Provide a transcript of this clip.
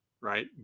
right